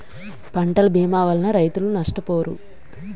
పంటల భీమా వలన రైతులు నష్టపోరు